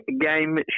game